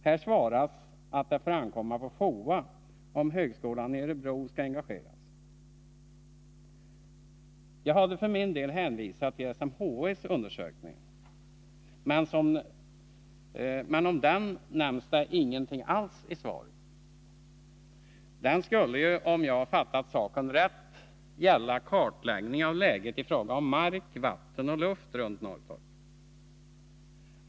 Här svaras att det får ankomma på FOA om högskolan i Örebro skall engageras. Jag hade för min del hänvisat till SMHI:s undersökning, men om den nämns det ingenting i svaret. Den skulle ju, om jag fattat saken rätt, gälla kartläggning av läget i fråga om mark, vatten och luft runt Norrtorp.